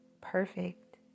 perfect